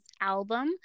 album